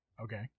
okay